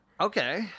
Okay